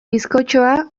bizkotxoa